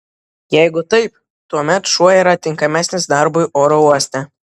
jeigu taip tuomet šuo yra tinkamesnis darbui oro uoste